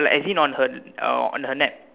like as in on her uh on her neck